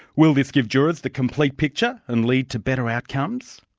will this give jurors the complete picture and lead to better outcomes,